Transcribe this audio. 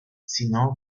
sino